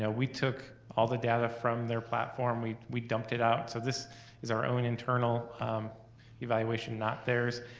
yeah we took all the data from their platform, we we dumped it out, so this is our own internal um evaluation and not theirs,